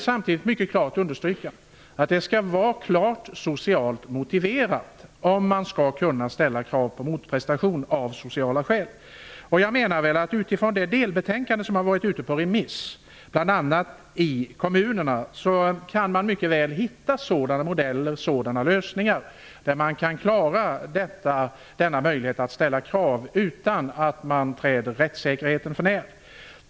Samtidigt vill jag understryka att det skall vara klart socialt motiverat om man skall kunna ställa krav på motprestation. Med utgångspunkt i det delbetänkande som har varit ute på remiss, bl.a. i kommunerna, kan man mycket väl hitta sådana modeller och lösningar som gör att man kan få möjligheten att ställa krav utan att träda rättssäkerheten för när.